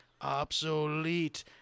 obsolete